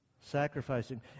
sacrificing